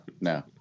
no